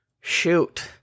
Shoot